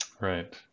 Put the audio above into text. Right